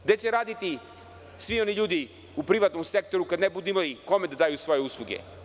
Gde će raditi svi oni ljudi u privatnom sektoru kada ne budu imali kome da daju svoje usluge?